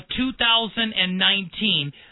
2019